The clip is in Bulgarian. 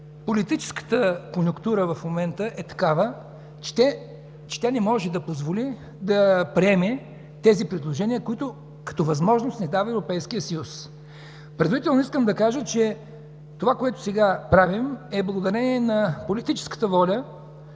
политическата конюнктура в момента е такава, че тя не може да позволи да приеме тези предложения, които като възможност ни дава Европейският съюз. Предварително искам да кажа, че това, което сега правим, е благодарение на политическата воля